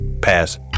Pass